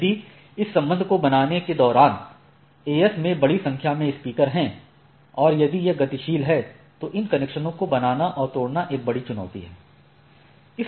यदि इस संबंध को बनाने के दौरान AS में बड़ी संख्या में स्पीकर हैं और यदि यह गतिशील है तो इन कनेक्शनों को बनाना और तोड़ना एक बड़ी चुनौती है